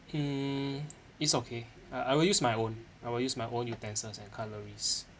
mm it's okay uh I will use my own I will use my own utensils and cutleries